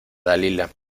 dalila